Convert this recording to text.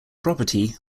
property